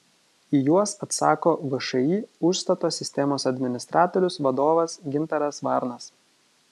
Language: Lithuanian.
į juos atsako všį užstato sistemos administratorius vadovas gintaras varnas